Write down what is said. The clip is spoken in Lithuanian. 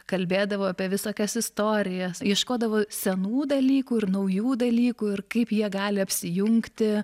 kalbėdavo apie visokias istorijas ieškodavo senų dalykų ir naujų dalykų ir kaip jie gali apsijungti